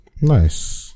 nice